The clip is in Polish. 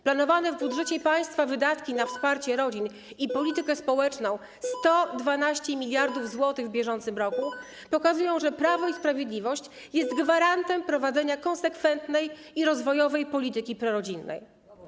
Planowe w budżecie państwa wydatki na wsparcie rodzin i politykę społeczną w wysokości 112 mld zł w br. pokazują, że Prawo i Sprawiedliwość jest gwarantem prowadzenia konsekwentnej i rozwojowej polityki prorodzinnej.